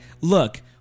Look